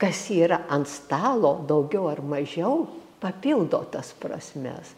kas yra ant stalo daugiau ar mažiau papildo tas prasmes